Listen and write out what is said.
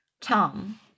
Tom